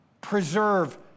preserve